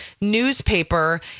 newspaper